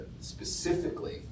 specifically